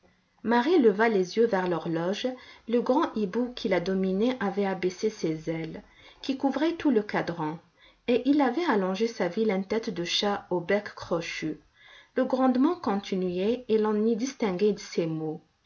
marie leva les yeux vers l'horloge le grand hibou qui la dominait avait abaissé ses ailes qui couvraient tout le cadran et il avait allongé sa vilaine tête de chat au bec crochu le grondement continuait et l'on y distinguait ces mots